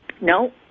No